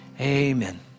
Amen